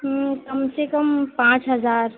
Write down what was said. کم سے کم پانچ ہزار